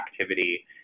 activity